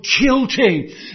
guilty